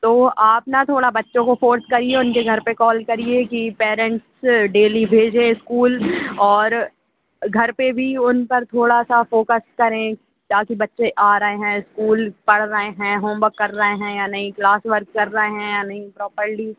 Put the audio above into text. तो आप ना थोड़ा बच्चों को फोर्स करिए उनके घर पर कॉल करिए कि पेरेंट्स डेली भेजें इस्कूल और घर पर भी उन पर थोड़ा सा फोकस करें ताकि बच्चे आ रहे हैं इस्कूल पढ़ रहे हैं होमबर्क कर रहे हैं या नहीं क्लासवर्क कर रहे है या नहीं प्रॉपर्ली